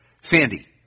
Sandy